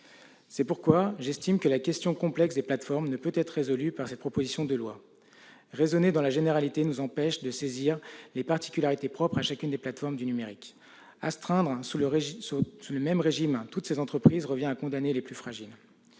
C'est pourquoi j'estime que la question complexe des plateformes ne peut être résolue par le biais de cette proposition de loi. Raisonner dans la généralité nous empêche de saisir les particularités propres à chacune des plateformes du numérique. Astreindre sous le même régime toutes ces entreprises revient à condamner les plus fragiles.